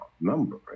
number